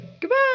Goodbye